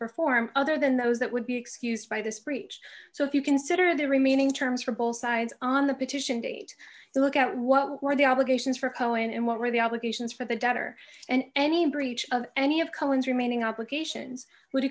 perform other than those that would be excused by this breach so if you consider the remaining terms for both sides on the petition date look at what were the obligations for cohen and what were the obligations for the debtor and any breach of any of cullen's remaining obligations would